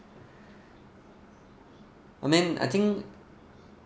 her name I think